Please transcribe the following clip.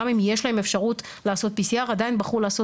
גם אם יש להם אפשרות לעשות PCR עדיין בחרו לעשות